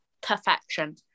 Perfection